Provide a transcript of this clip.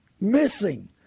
missing